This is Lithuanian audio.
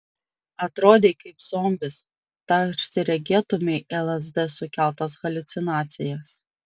atrodei kaip zombis tarsi regėtumei lsd sukeltas haliucinacijas